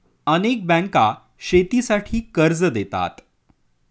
अनेक बँका शेतीसाठी कर्ज देतात